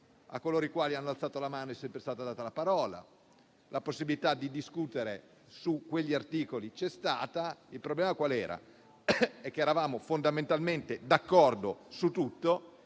A coloro i quali hanno alzato la mano per intervenire è sempre stata data la parola. La possibilità di discutere su quegli articoli c'è stata. Il problema qual era? Eravamo fondamentalmente d'accordo su tutto.